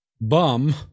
bum